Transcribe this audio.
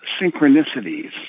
synchronicities